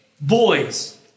boys